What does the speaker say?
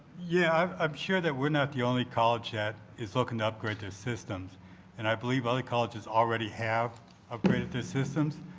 yeah, i'm sure that we're not the only college that is looking to upgrade their systems and i believe other colleges already have upgraded their systems.